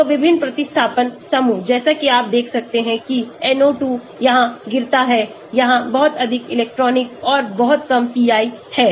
तो विभिन्न प्रतिस्थापन समूह जैसा कि आप देख सकते हैं कि NO2 यहां गिरता है यहां बहुत अधिक इलेक्ट्रॉनिक और बहुत कम pi है